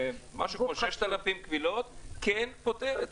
משהו כמו 6,000 פניות כן פותרת.